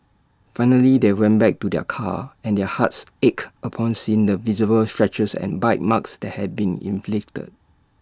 finally they went back to their car and their hearts ached upon seeing the visible scratches and bite marks that had been inflicted